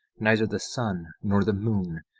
neither the sun, nor the moon,